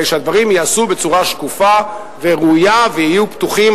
שהדברים ייעשו בצורה שקופה וראויה ויהיו פתוחים